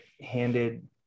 handed